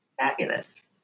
Fabulous